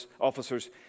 officers